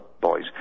boys